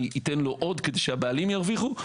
אני אתן לו עוד כדי שהבעלים ירוויחו?